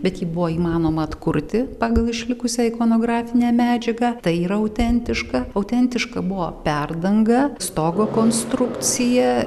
bet ji buvo įmanoma atkurti pagal išlikusią ikonografinę medžiagą tai autentiška autentiška buvo perdanga stogo konstrukcija